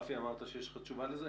רפי, אמרת שיש לך תשובה לזה?